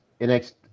next